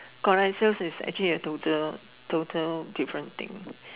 correct sales is actually a total total different thing